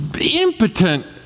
Impotent